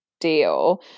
deal